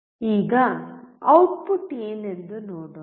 ಈಗ ಔಟ್ಪುಟ್ ಏನೆಂದು ನೋಡೋಣ